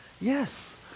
Yes